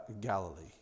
Galilee